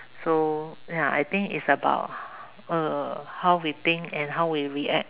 so ya I think it's about how we think and how we react